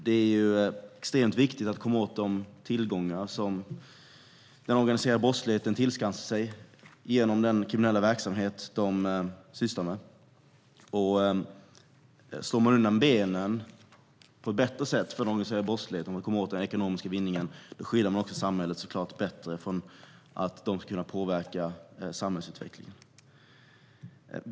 Det är extremt viktigt att komma åt de tillgångar som den organiserade brottsligheten tillskansar sig genom den kriminella verksamhet som man sysslar med. Slår vi undan benen för den organiserade brottsligheten på ett bättre sätt och kommer åt den ekonomiska vinningen skyddar vi också samhället bättre från att den organiserade brottsligheten ska påverka samhällsutvecklingen.